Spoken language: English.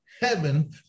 heaven